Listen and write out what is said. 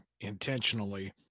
intentionally